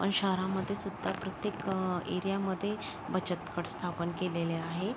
पण शहरामध्ये सुद्धा प्रत्येक एरियामध्ये बचत गट स्थापन केलेले आहे